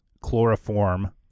chloroform